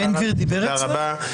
בן גביר דיבר אצלך?